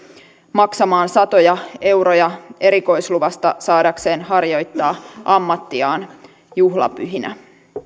maksamaan satoja euroja erikoisluvasta saadakseen harjoittaa ammattiaan juhlapyhinä